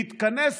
להתכנס